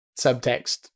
subtext